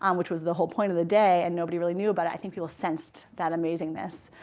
um which was the whole point of the day and nobody really knew about it, i think people sensed that amazingness.